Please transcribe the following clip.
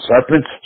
serpents